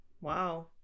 Wow